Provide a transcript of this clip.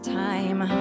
time